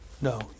No